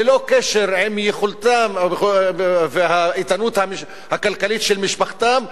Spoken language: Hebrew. ללא קשר עם יכולתם והאיתנות הכלכלית של משפחתם,